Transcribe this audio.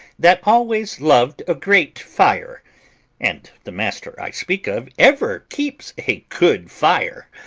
that always loved a great fire and the master i speak of ever keeps a good fire.